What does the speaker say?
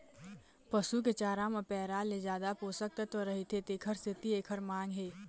पसू के चारा म पैरा ले जादा पोषक तत्व रहिथे तेखर सेती एखर मांग हे